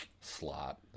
slot